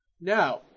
Now